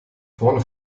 vorn